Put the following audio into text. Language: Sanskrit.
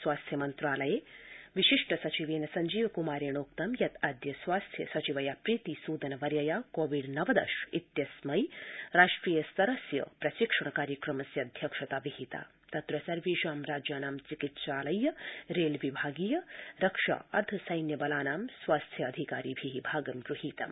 स्वास्थ्य मन्त्रालये विशिष्ट सचिवेन संजीव क्मारेणोक्तं यत् अद्य स्वास्थ्य सचिवया प्रीति सूदन वर्यया कोविड नवदश इत्यस्मत्तिष्ट्रिय स्तरस्य प्रशिक्षण कार्यक्रमस्य अध्यक्षता कृता तत्र सर्वेषा राज्यानां चिकित्सालयीय रेलविभागीय रक्षा अर्ध सस्त्र बलानां स्वास्थ्य अधिकारिभि भागं गृहीतम्